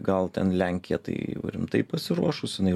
gal ten lenkija tai jau rimtai pasiruošusi jinai